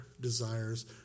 desires